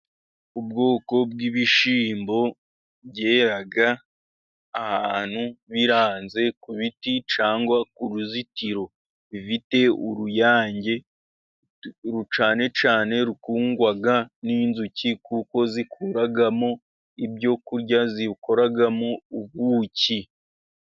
Ubwoko bw'ibishyimbo byera ahantu biranze ku biti cyangwa ku ruzitiro, bifite uruyange cyane cyane rukundwa n'inzuki kuko zikuramo ibyo kurya zikoramo ubuki.